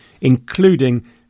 including